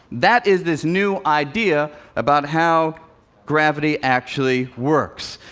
that is this new idea about how gravity actually works.